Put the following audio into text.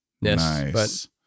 Nice